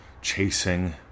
chasing